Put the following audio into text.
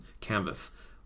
canvas